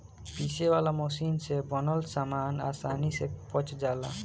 पीसे वाला मशीन से बनल सामान आसानी से पच जाला